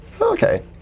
Okay